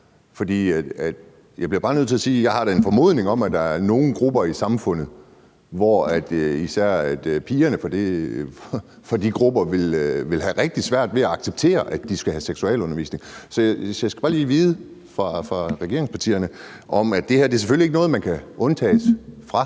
da har en formodning om, at der er nogle grupper i samfundet, hvor især pigerne fra de grupper vil have rigtig svært ved at acceptere, at de skal have seksualundervisning. Så jeg skal bare lige høre fra regeringspartierne, om det her selvfølgelig ikke er noget, man kan undtages fra,